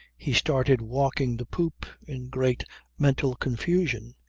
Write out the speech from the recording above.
he started walking the poop in great mental confusion.